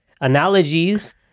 Analogies